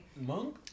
Monk